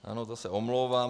Ano, za to se omlouvám.